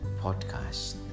podcast